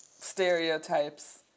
stereotypes